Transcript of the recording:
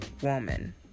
woman